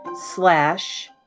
slash